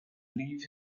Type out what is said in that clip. leave